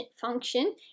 function